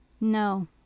No